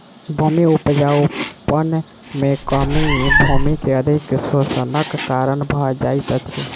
भूमि उपजाऊपन में कमी भूमि के अधिक शोषणक कारण भ जाइत अछि